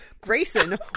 Grayson